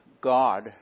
God